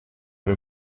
wir